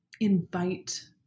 invite